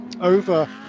over